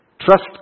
Trust